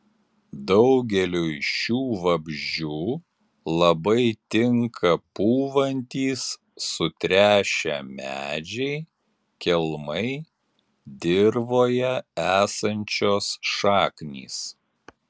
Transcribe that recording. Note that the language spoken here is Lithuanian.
daugeliui šių vabzdžių labai tinka pūvantys sutrešę medžiai kelmai dirvoje esančios šaknys